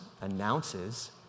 announces